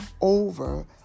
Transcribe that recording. over